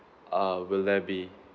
uh will there be